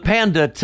Panda